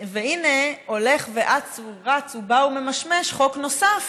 והינה הולך ואץ ורץ ובא וממשמש חוק נוסף,